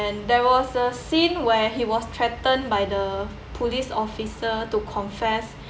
there was a scene where he was threatened by the police officer to confess